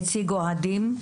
נציג אוהדים,